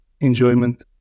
enjoyment